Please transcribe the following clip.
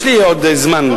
יש לי עוד זמן.